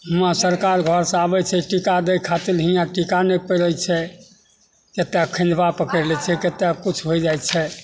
उहाँ सरकार घरसे आबै छै टीका दै खातिर हिआँ टीका नहि पड़ै छै कतेक अखैनबा पकड़ि लै छै कतेक किछु होइ जाइ छै